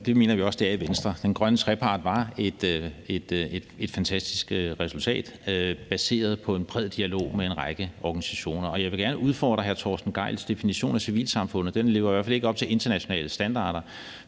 Det mener vi også det er i Venstre. Den grønne trepart var et fantastisk resultat baseret på en bred dialog med en række organisationer. Og jeg vil gerne udfordre hr. Torsten Gejls definition af civilsamfundet; den lever i hvert fald ikke op til internationale standarder.